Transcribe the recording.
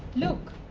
look.